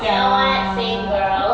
you know what same girl